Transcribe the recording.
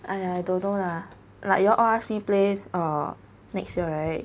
!aiya! I don't know lah like you all all ask me play err next year right